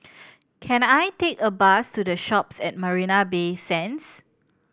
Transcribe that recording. can I take a bus to The Shoppes at Marina Bay Sands